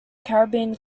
caribbean